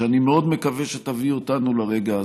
שאני מאוד מקווה שתביא אותנו לרגע הזה,